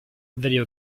video